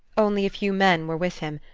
only a few men were with him,